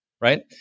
right